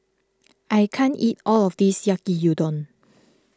I can't eat all of this Yaki Udon